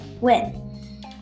win